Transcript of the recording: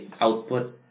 output